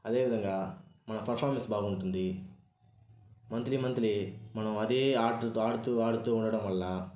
అదేవిధంగా మన పెర్ఫార్మెన్స్ బాగుంటుంది మంత్లీ మంత్లీ మనం అదే ఆటతో ఆడుతూ ఆడుతూ ఉండడం వల్ల